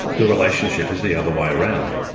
the relationship is the other way around.